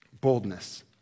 Boldness